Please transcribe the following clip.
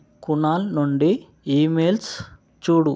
కునాల్ నుండి ఈమెయిల్స్ చూడు